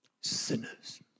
Sinners